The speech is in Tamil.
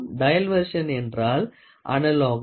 டயல் வெர்சன் என்றாள் அனலோகோஸ்